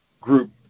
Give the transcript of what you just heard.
group